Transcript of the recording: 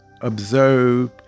observe